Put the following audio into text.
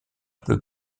peu